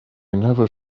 never